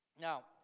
Now